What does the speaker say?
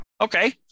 Okay